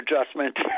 adjustment